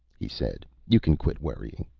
he said. you can quit worrying.